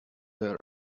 their